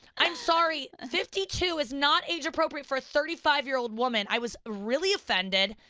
i'm sorry, fifty two is not age-appropriate for a thirty five year old woman. i was really offended,